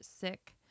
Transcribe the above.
sick